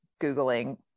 Googling